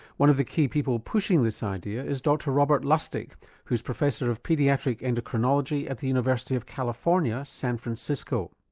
one of the key people pushing this idea is dr robert lustig who's professor of pediatric endocrinology at the university of california, san francisco.